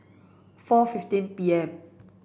four fifteen P M